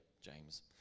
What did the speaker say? James